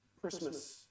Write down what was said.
Christmas